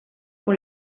pour